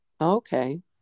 okay